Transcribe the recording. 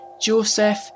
Joseph